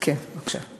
כן, בבקשה.